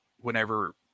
whenever